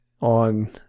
on